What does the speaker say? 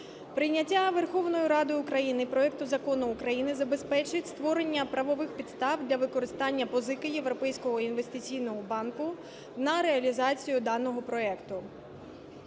Прийняття Верховною Радою України проекту закону України забезпечить створення правових підстав для використання позики Європейського інвестиційного банку на реалізацію даного проекту.